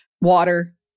water